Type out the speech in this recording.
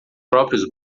próprios